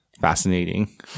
fascinating